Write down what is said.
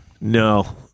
No